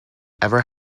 ever